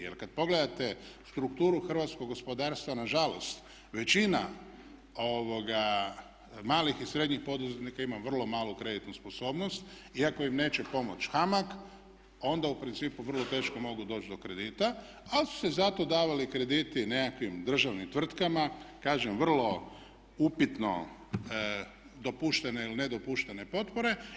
Jer kad pogledate strukturu hrvatskog gospodarstva nažalost većina malih i srednjih poduzetnika ima vrlo malu kreditnu sposobnost i ako im neće pomoć HAMAG, onda u principu vrlo teško mogu doći do kredita, ali su se zato davali krediti nekakvim državnim tvrtkama kažem vrlo upitno dopuštene ili nedopuštene potpore.